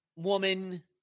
woman